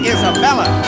Isabella